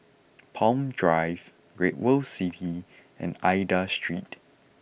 Palm Drive Great World City and Aida Street